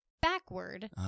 backward